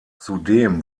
zudem